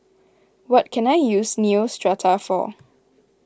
what can I use Neostrata for